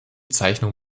zeichnung